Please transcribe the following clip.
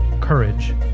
courage